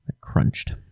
crunched